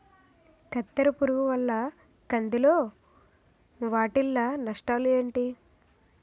కత్తెర పురుగు వల్ల కంది లో వాటిల్ల నష్టాలు ఏంటి